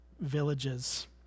villages